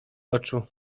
oczu